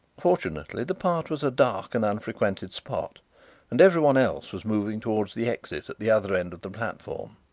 fortunately the part was a dark and unfrequented spot and everyone else was moving towards the exit at the other end of the platform.